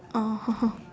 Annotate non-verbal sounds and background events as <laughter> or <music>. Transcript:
oh <laughs>